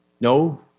No